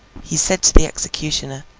he said to the executioner,